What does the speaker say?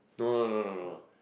no no no no no